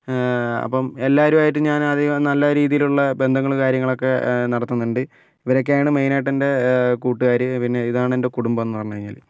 അപ്പം എല്ലാവരും ആയിട്ടും ഞാൻ ആദ്യമേ നല്ല രീതിയിലുള്ള ബന്ധങ്ങൾ കാര്യങ്ങളൊക്കെ നടത്തുന്നുണ്ട് ഇവരൊക്കെയാണ് മെയിൻ ആയിട്ട് എൻ്റെ കൂട്ടുകാർ പിന്നെ ഇതാണ് എൻ്റെ കുടുംബമെന്ന് പറഞ്ഞു കഴിഞ്ഞാൽ